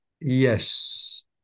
Yes